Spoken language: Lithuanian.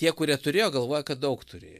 tie kurie turėjo galvoja kad daug turėjo